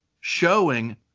showing